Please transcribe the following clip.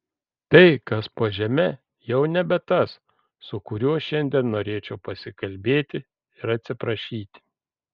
tai kas po žeme jau nebe tas su kuriuo šiandien norėčiau pasikalbėti ir atsiprašyti